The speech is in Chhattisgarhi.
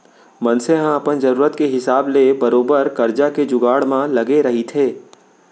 मनसे ह अपन जरुरत के हिसाब ले बरोबर करजा के जुगाड़ म लगे रहिथे